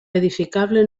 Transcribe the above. edificable